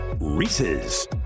Reese's